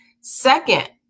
Second